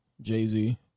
Jay-Z